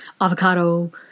avocado